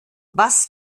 was